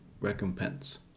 recompense